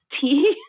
tea